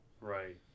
Right